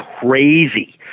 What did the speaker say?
crazy